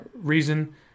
reason